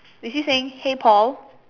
is he saying hey Paul